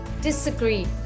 disagree